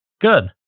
Good